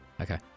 Okay